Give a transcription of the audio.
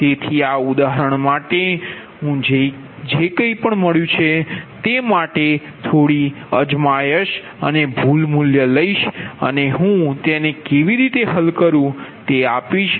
તેથી આ ઉદાહરણ માટે હું જે કંઇપણ મળ્યું છે તે માટે થોડી અજમાયશ અને ભૂલ મૂલ્ય લઈશ અને હું તેને કેવી રીતે હલ કરું તે આપીશ